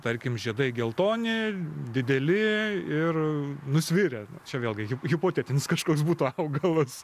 tarkim žiedai geltoni dideli ir nusvirę čia vėlgi hipotetinis kažkoks būtų augalas